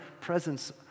presence